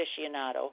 aficionado